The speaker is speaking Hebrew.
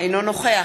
אינו נוכח